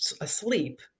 asleep